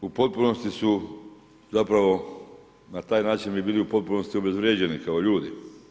U potpunosti su, zapravo na taj način bi bili, u potpunosti obezvrijeđeni kao ljudi.